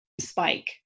spike